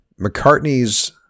McCartney's